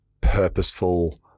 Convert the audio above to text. purposeful